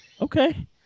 Okay